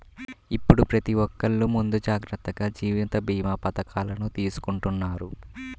ఇప్పుడు ప్రతి ఒక్కల్లు ముందు జాగర్తగా జీవిత భీమా పథకాలను తీసుకుంటన్నారు